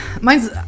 mine's